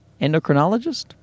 endocrinologist